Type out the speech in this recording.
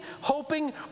hoping